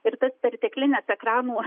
ir tas perteklinis ekranų